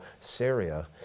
Syria